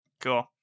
Cool